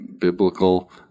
biblical